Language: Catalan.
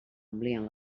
amplien